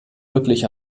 wirklich